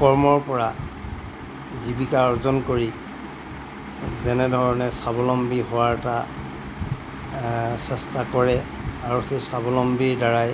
কৰ্মৰপৰা জীৱিকা অৰ্জন কৰি যেনেধৰণে স্বাৱলম্বী হোৱাৰ এটা চেষ্টা কৰে আৰু সেই স্বাৱলম্বীৰদ্বাৰাই